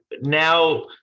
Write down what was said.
now